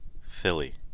Philly